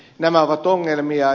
nämä ovat ongelmia